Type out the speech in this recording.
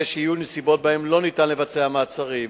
תהיה שיהיו נסיבות שבהן לא ניתן לבצע מעצרים